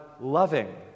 loving